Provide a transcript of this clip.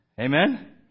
Amen